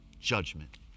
judgment